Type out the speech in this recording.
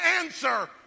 answer